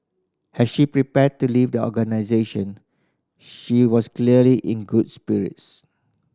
as she prepared to leave the organisation she was clearly in good spirits